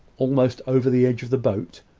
almost over the edge of the boat,